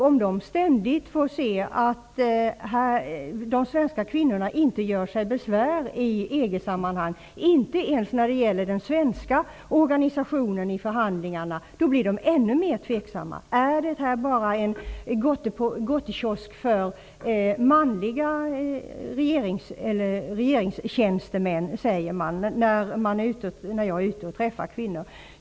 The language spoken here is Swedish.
Om de ständigt får se att de svenska kvinnorna inte ens gör sig besvär i den svenska EG-organisationen i förhandlingarna blir de ännu mer tveksamma. När jag är ute och träffar kvinnor undrar de om detta bara är en gottekiosk för manliga regeringstjänstemän.